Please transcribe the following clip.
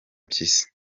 mpyisi